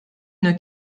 une